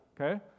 okay